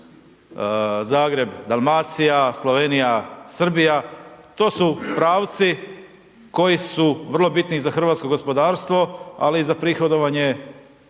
Zagreb-Dalmacija, Slovenija-Srbija. To su pravci koji su vrlo bitni za hrvatsko gospodarstvo, ali i za prihodovanje